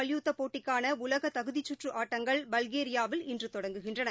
மல்யுத்தபோட்டிக்கானஉலகதகுதிச்சுற்றுஆட்டங்கள் பல்கேரியாவில் இன்றுதொடங்குகின்றன